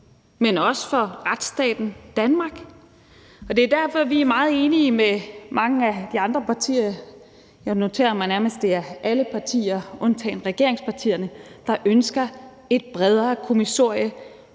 men også for retsstaten Danmark, og det er derfor, vi er meget enige med mange af de andre partier – jeg noterer mig, at det nærmest er alle partier undtagen regeringspartierne – der ønsker et bredere kommissorium